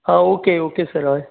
आं okay okay sir हय